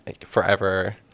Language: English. forever